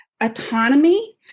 autonomy